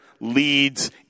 leads